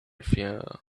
fear